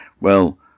Well